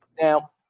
Now